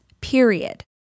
period